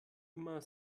immer